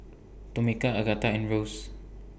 Tomeka Agatha and Rose